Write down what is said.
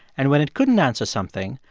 and when it couldn't answer something,